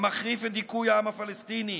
המחריף את דיכוי העם הפלסטיני.